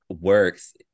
works